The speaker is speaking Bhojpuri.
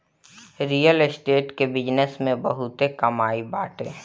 रियल स्टेट के बिजनेस में बहुते कमाई बाटे